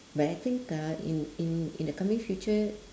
but I think uh in in in the coming future